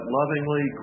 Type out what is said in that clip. lovingly